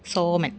सोमन्